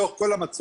לאורך כל המצוק.